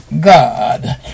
God